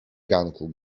ganku